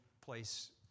place